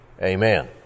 amen